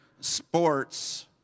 sports